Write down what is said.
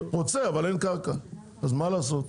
רוצה אבל אין קרקע, אז מה לעשות.